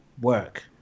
work